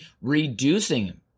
reducing